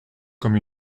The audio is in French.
comme